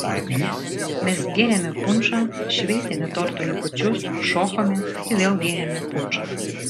mes gėrėme punšą šveitėme torto likučius šokome ir vėl gėrėme punšą